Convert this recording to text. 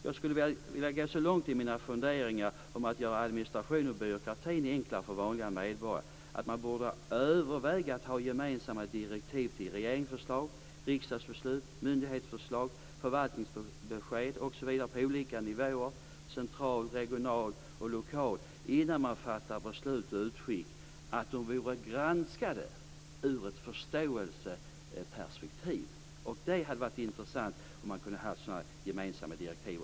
Jag skulle vilja gå så långt i mina funderingar om att göra administrationen och byråkratin enklare för vanliga människor att man borde överväga att ha gemensamma direktiv om granskning ur ett förståelseperspektiv när det gäller regeringsförslag, riksdagsbeslut, myndighetsförslag, förvaltningsbesked osv. på de olika nivåerna - centralt och lokalt - innan man fattar beslut. Det hade varit intressant med sådana gemensamma direktiv.